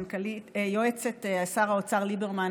יועצת שר האוצר ליברמן,